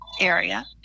area